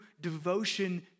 devotion